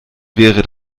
wäre